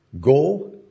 Go